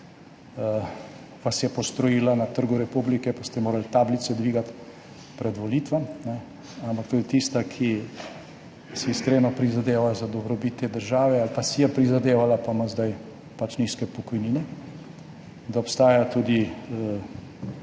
vas je postrojila na Trgu republike, pa ste morali dvigati tablice pred volitvami, ampak to je tista, ki si iskreno prizadeva za dobrobit te države ali pa si je prizadevala, pa ima zdaj nizke pokojnine, da obstajajo tudi